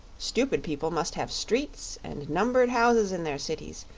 stupid people must have streets and numbered houses in their cities,